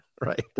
Right